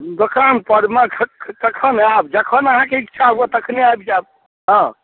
दोकानपर मे ख ख कखन आयब जखन अहाँके इच्छा हुअऽ तखने आयब जैब हाँ